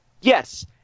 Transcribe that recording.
Yes